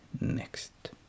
next